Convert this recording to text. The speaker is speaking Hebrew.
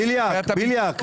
בליאק,